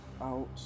out